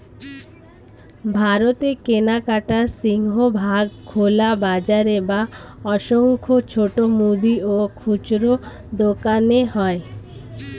ভারতে কেনাকাটার সিংহভাগ খোলা বাজারে বা অসংখ্য ছোট মুদি ও খুচরো দোকানে হয়